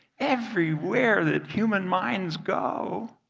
everywhere that human minds go,